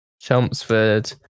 Chelmsford